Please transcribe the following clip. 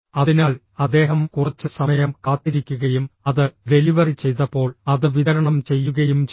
അതിനാൽ അദ്ദേഹം കുറച്ച് സമയം കാത്തിരിക്കുകയും അത് ഡെലിവറി ചെയ്തപ്പോൾ അത് വിതരണം ചെയ്യുകയും ചെയ്തു